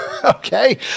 Okay